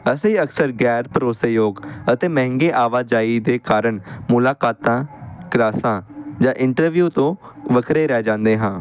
ਅਸੀਂ ਅਕਸਰ ਗੈਰ ਭਰੋਸੇਯੋਗ ਅਤੇ ਮਹਿੰਗੇ ਆਵਾਜਾਈ ਦੇ ਕਾਰਨ ਮੁਲਾਕਾਤਾਂ ਕਲਾਸਾਂ ਜਾਂ ਇੰਟਰਵਿਊ ਤੋਂ ਵੱਖਰੇ ਰਹਿ ਜਾਂਦੇ ਹਾਂ